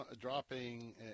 dropping